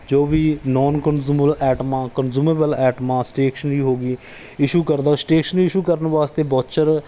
ਜੋ ਵੀ non consumable item consumable ਐਟਮਾਂ ਸਟੇਸ਼ਨਰੀ ਹੋ ਗਈ ਇਸ਼ੂ ਕਰਦਾ ਸਟੇਸ਼ਨਰੀ ਇਸ਼ੂ ਕਰਨ ਵਾਸਤੇ ਬੋਚਰ